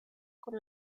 con